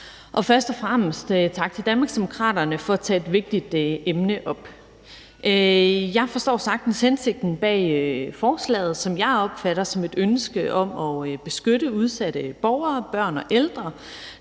Først og fremmest vil jeg sige tak til Danmarksdemokraterne for at tage et vigtigt emne op. Jeg forstår sagtens hensigten med forslaget, som jeg opfatter som et ønske om at beskytte udsatte borgere, børn og ældre,